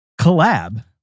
collab